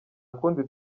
kundi